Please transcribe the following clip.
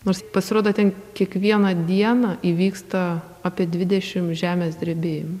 nors pasirodo ten kiekvieną dieną įvyksta apie dvidešim žemės drebėjimų